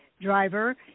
driver